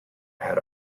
had